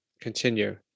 continue